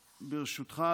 ברשותך,